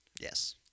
Yes